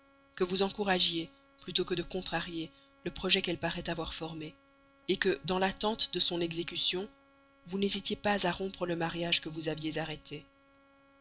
que vous encouragiez plutôt que de contrarier le projet qu'elle paraît avoir formé que dans l'attente de son exécution vous n'hésitiez pas à rompre le mariage que vous aviez arrêté